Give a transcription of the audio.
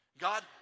God